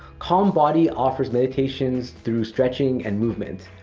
calm body offers meditations through stretching and movement.